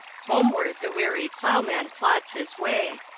homeward the weary ploughman plods his way.